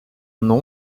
nouveau